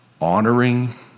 honoring